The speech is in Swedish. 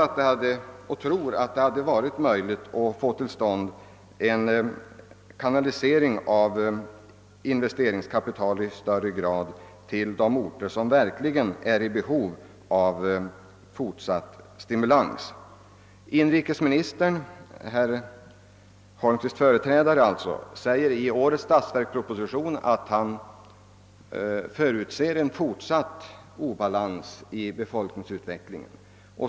Jag tror att det bör vara möjligt att få till stånd en kanalisering av investeringskapitalet i större utsträckning till de orter som verkligen är i behov av särskild stimulans. Herr Holmqvists företrädare som inrikesminister skriver i årets statsverksproposition att han förutser en fortsatt obalans i befolkningsutvecklingen.